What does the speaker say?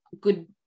good